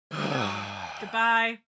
Goodbye